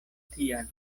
tia